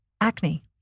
acne